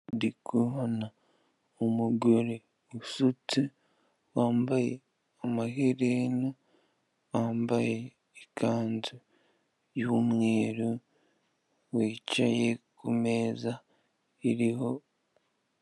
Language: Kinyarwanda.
Ndi kubona umugore usutse, wambaye amaherena, wambaye ikanzu y'umweru, wicaye ku meza iriho.